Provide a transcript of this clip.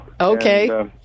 okay